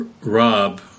Rob